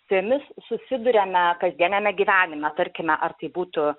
su jomis susiduriame kasdieniame gyvenime tarkime ar tai būtų